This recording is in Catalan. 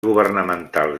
governamentals